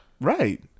Right